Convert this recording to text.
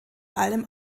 allem